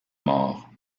mort